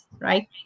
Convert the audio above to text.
right